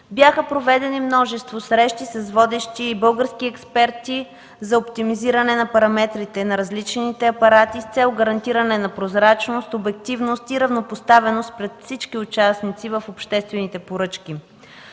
Бяха проведени множество срещи с водещи и български експерти за оптимизиране на параметрите на различните апарати с цел гарантиране на прозрачност, обективност и равнопоставеност пред всички участници в обществените поръчки.